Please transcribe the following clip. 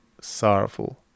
sorrowful